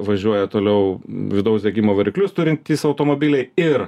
važiuoja toliau vidaus degimo variklius turintys automobiliai ir